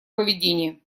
поведение